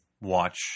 watch